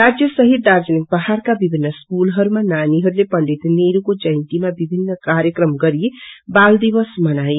राज्य सहित दार्जीलिङ पाहाड़का विभिन्न स्कूलहरूमा नानीहरूले पढिण्डत नेहरूको जयन्तीमा विभिन्न कार्यक्रम गरी बालदिवस मनाए